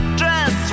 dress